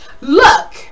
Look